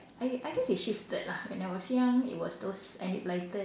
I I guess it shifted lah when I was young it was those Enid Blyton